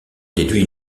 déduit